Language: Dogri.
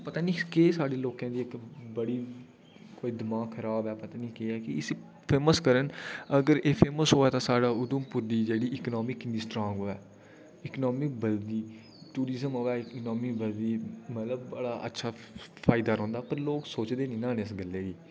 पता नीं केह् साढे लोकें दा कोई दिमाग खराब ऐ पता नीं केह् ऐ इसी फेमस करन अगर इसी फेमस करङ ते साढ उधमपुर दी इकॉनामी किन्नी स्ट्रॉंग होऐ टूरीज़म आवै इकॉनामी बददी मतलव बढा अच्छा फायदा रौंह्दा पर लोक सोचदे नीं ना इस गल्लै गी